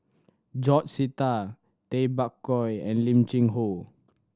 George Sita Tay Bak Koi and Lim Cheng Hoe